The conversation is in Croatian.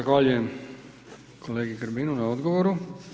Zahvaljujem kolegi Grbinu na odgovoru.